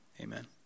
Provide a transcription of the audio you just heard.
Amen